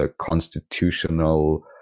constitutional